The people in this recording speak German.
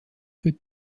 für